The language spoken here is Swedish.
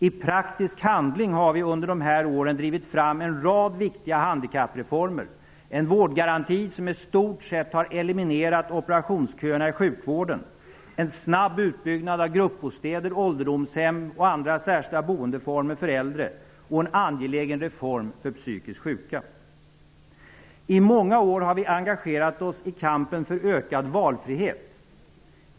I praktisk handling har vi under dessa år drivit fram en rad viktiga handikappreformer, en vårdgaranti, som i stort sett har eliminerat operationsköerna i sjukvården, en snabb utbyggnad av gruppbostäder, ålderdomshem och andra särskilda boendeformer för äldre samt en angelägen reform för psykiskt sjuka. I många år har vi engagerat oss i kampen för ökad valfrihet.